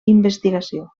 investigació